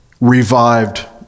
revived